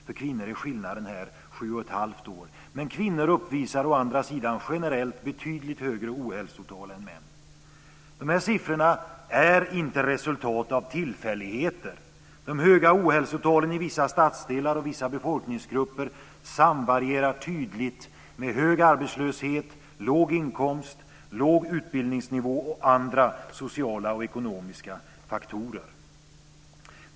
För kvinnor är skillnaden här 7 1⁄2 år, men kvinnor uppvisar å andra sidan generellt betydligt högre ohälsotal än män. Dessa siffror är inte ett resultat av tillfälligheter.